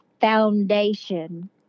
foundation